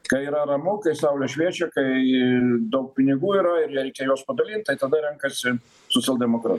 kai yra ramu kai saulė šviečia kai daug pinigų yra ir reikia juos padalint tai tada renkasi socialdemokratus